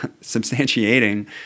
substantiating